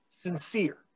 sincere